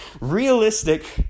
Realistic